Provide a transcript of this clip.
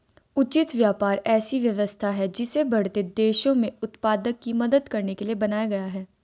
उचित व्यापार ऐसी व्यवस्था है जिसे बढ़ते देशों में उत्पादकों की मदद करने के लिए बनाया गया है